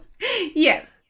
Yes